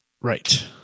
Right